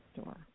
store